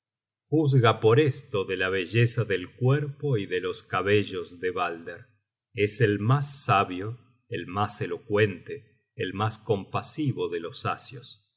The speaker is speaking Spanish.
book search generated at la belleza del cuerpo y de los cabellos de balder es el mas sabio el mas elocuente el mas compasivo de los asios